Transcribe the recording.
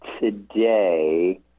today